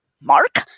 Mark